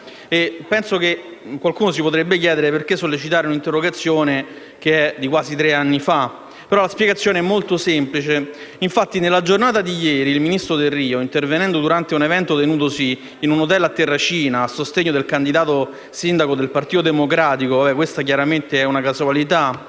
2012. Qualcuno potrebbe chiedersi perché sollecitare una interrogazione di quasi tre anni fa, ma la spiegazione è molto semplice. Nella giornata di ieri il ministro Delrio, intervenendo durante un evento tenutosi in un hotel di Terracina, a sostegno del candidato sindaco del Partito Democratico - ma questa chiaramente è una casualità